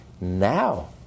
now